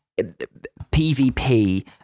PVP